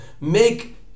make